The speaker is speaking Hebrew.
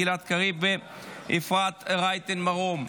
גלעד קריב ואפרת רייטן מרום.